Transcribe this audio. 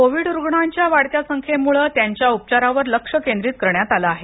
Covid रुग्णांच्या वाढत्या संख्येमुळे त्यांच्या उपचारावर लक्ष केंद्रित करण्यात आले आहे